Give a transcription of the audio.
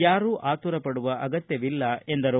ಯಾರೂ ಆತುರ ಪಡುವ ಅಗತ್ಯವಿಲ್ಲ ಎಂದರು